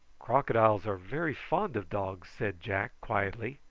crocodiles are very fond of dogs, said jack quietly.